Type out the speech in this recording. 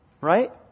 Right